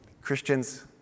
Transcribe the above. Christians